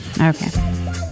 Okay